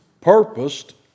purposed